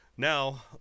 now